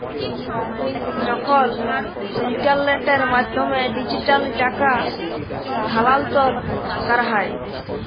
যখল ইলটারলেটের মাধ্যমে ডিজিটালি টাকা স্থালাল্তর ক্যরা হ্যয়